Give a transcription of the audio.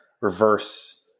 reverse